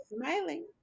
smiling